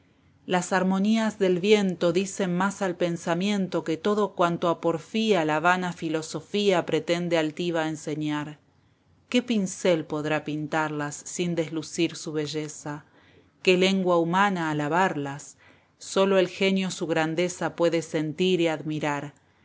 las armonías del viento dicen más al pensamiento que todo cuanto a porfía la vana filosofía pretende altiva enseñar i qué pincel podrá pintarlas sin deslucir su belleza qué lengua humana alabarlas sólo el genio su grandeza puede sentir y admira